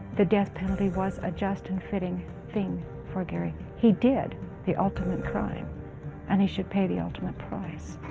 the death penalty was a just and fitting thing for gary he did the ultimate crime and he should pay the ultimate price